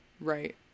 right